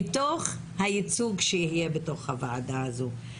מתוך הייצוג שיהיה בתוך הוועדה הזאת.